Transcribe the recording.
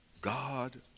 God